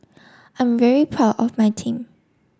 I'm very proud of my team